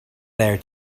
there